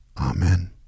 Amen